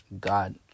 God